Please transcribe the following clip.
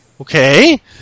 okay